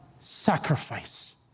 sacrifice